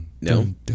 No